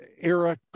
era